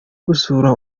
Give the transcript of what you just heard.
gusura